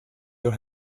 your